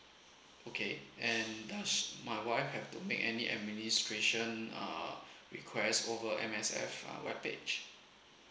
okay and uh s~ my wife have to make any administration uh request over M_S_F uh webpage